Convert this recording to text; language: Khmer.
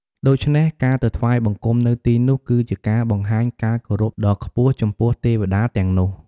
ដូច្នេះការទៅថ្វាយបង្គំនៅទីនោះគឺជាការបង្ហាញការគោរពដ៏ខ្ពស់ចំពោះទេវតាទាំងនោះ។